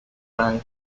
faith